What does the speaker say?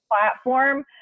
platform